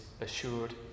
assured